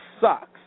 sucks